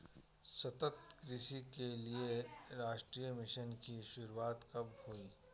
सतत कृषि के लिए राष्ट्रीय मिशन की शुरुआत कब हुई?